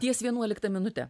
ties vienuolikta minute